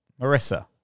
Marissa